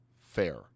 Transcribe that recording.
fair